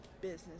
business